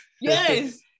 Yes